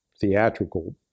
theatrical